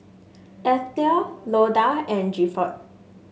Eithel Loda and Gifford